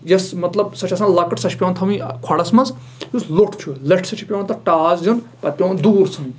یۄس مطلب سۄ چھےٚ آسان لۄکٔٹ سۄ چھےٚ پیوان تھاؤنۍ کھۄڈَس منٛز یُس لوٚٹ چھُ لٔٹھۍ سۭتۍ چھُ پیوان تَتھ ٹاس دیُن پَتہٕ پیوان دوٗر ژھٕنٕنۍ